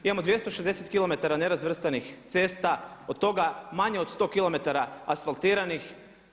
Imamo 260 km nerazvrstanih cesta, od toga manje od 100 km asfaltiranih.